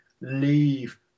leave